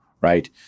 right